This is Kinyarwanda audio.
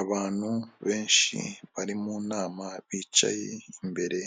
Abantu benshi bari mu nama bicaye imbere